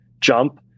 jump